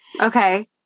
Okay